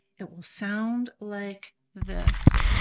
it will sound like this.